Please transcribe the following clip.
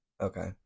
Okay